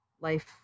life